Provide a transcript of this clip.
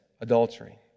adultery